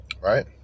right